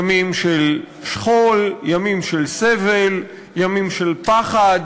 ימים של שכול, ימים של סבל, ימים של פחד,